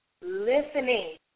listening